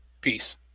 peace